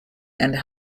and